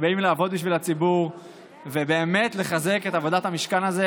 שבאים לעבוד בשביל הציבור ובאמת לחזק את עבודת המשכן הזה,